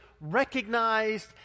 recognized